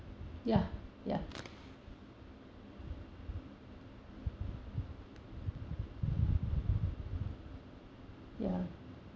ya ya ya